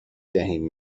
دهیم